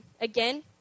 again